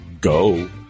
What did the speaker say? go